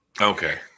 Okay